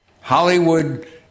Hollywood